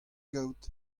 gaout